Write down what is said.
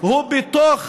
הוא בתוך